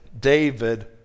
david